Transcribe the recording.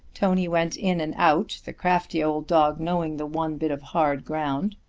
tony went in and out, the crafty old dog knowing the one bit of hard ground.